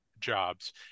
jobs